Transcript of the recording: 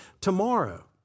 tomorrow